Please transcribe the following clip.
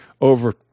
over